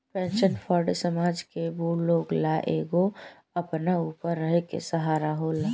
pension fund समाज के बूढ़ लोग ला एगो अपना ऊपर रहे के सहारा होला